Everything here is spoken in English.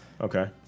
Okay